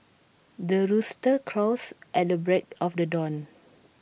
the rooster crows at the break of the dawn